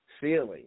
feeling